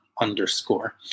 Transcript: underscore